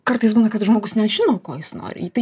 kartais būna kad žmogus nežino ko jūs nori į tai